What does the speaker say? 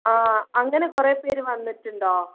ആ അങ്ങനെ കുറേപ്പേർ വന്നിട്ടുണ്ടോ